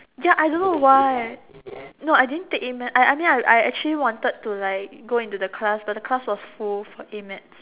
ya I don't know why no I didn't take A-maths I I mean like I I actually wanted to like go into the class but the class was full for A-maths